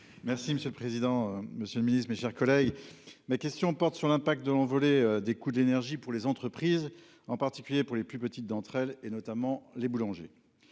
Merci monsieur le président, Monsieur le Ministre, mes chers collègues, ma question porte sur l'impact de l'envolée des coûts de l'énergie pour les entreprises, en particulier pour les plus petites d'entre elles, et notamment les boulangers.